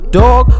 dog